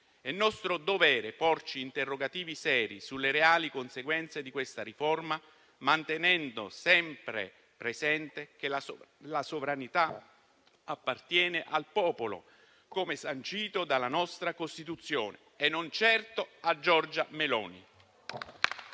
È nostro dovere porci interrogativi seri sulle reali conseguenze di questa riforma, mantenendo sempre presente che la sovranità appartiene al popolo, come sancito dalla nostra Costituzione, e non certo a Giorgia Meloni.